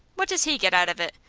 what does he get out of it?